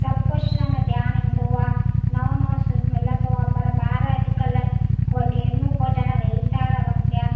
सब कुझु उन ध्यानु ईंदो आहे नओ नओ सुख मिलंदो आहे पर ॿार अॼुकल्ह गेमूं खेॾण वेही था रहनि पिया